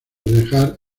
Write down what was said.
dejar